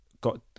got